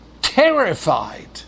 terrified